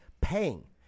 paying